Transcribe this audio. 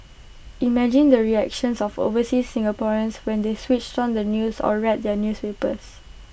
imagine the reactions of overseas Singaporeans when they switched on the news or read their newspapers